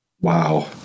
Wow